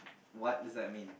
what does that mean